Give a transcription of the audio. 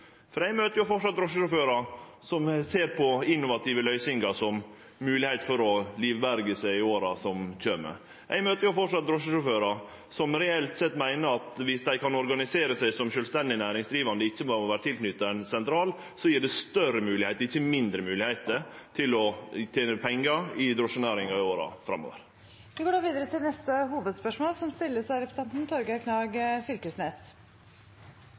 Eg møter framleis drosjesjåførar som ser på innovative løysingar som moglegheiter for å livberge seg i åra som kjem. Eg møter framleis drosjesjåførar som reelt sett meiner at viss dei kan organisere seg som sjølvstendig næringsdrivande og ikkje berre vere tilknytte ein sentral, gjev det større moglegheit, ikkje mindre moglegheit, til å tene pengar i drosjenæringa i åra framover. Vi går videre til neste hovedspørsmål. Vi skal snakke om forskjellar, og alle statsrådene som